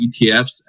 ETFs